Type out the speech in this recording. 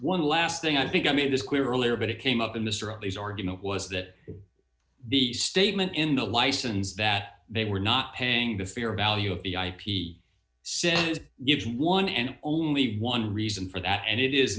one last thing i think i made this clear earlier but it came up in this or at least argument was that the statement in the license that they were not paying the fair value of the i p c is given one and only one reason for that and it is